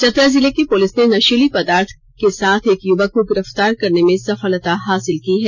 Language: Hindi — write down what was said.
चतरा जिले की पुलिस ने नषीली पदार्थ के साथ एक युवक को गिरफ्तार करने में सफलता हासिल की है